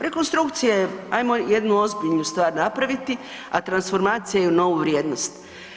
Rekonstrukcija je ajmo jednu ozbiljnu stvar napraviti a transformacija je u novu vrijednost.